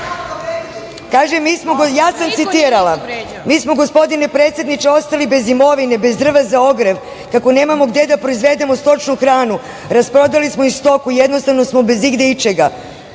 ja sam citirala. Mi smo gospodine predsedniče ostali bez imovine, bez drva za ogrev kako nemamo gde da proizvedemo stočnu hranu, rasprodali smo i stoku, jednostavno smo bez igde ičega.